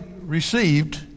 received